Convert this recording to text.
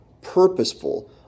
Purposeful